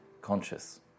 conscious